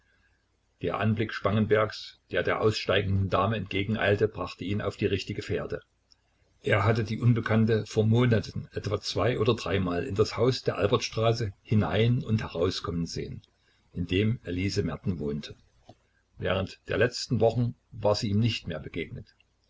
der anblick spangenbergs der der aussteigenden dame entgegeneilte brachte ihn auf die richtige fährte er hatte die unbekannte vor monaten etwa zwei oder dreimal in das haus der albertstraße hinein und herauskommen sehen in dem elise merten wohnte während der letzten wochen war sie ihm nicht mehr begegnet